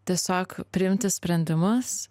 tiesiog priimti sprendimus